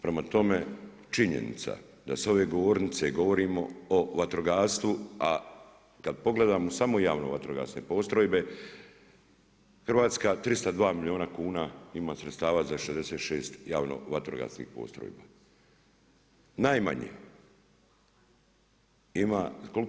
Prema tome, činjenica da sa ove govornice govorimo o vatrogastvu, a kad pogledamo samo javne vatrogasne postrojbe Hrvatska 302 milijuna kuna ima sredstava za 66 javno-vatrogasnih postrojba najmanje ima.